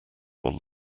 one